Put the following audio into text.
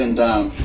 and down.